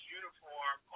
uniform